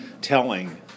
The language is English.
telling